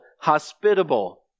hospitable